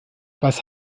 was